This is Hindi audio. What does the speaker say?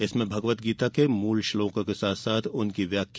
इसमें भगवदगीता के मूल श्लोकों के साथ साथ उनकी व्याख्या